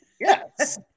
Yes